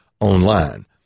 online